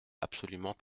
absolument